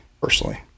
personally